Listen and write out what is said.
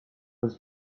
was